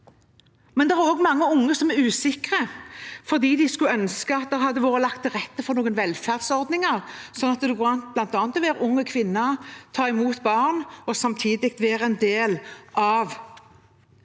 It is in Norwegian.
Det er også mange unge som er usikre, fordi de skulle ønske det hadde vært lagt til rette for noen velferdsordninger, sånn at det bl.a. går an å være ung kvinne, ta imot barn og samtidig være en del av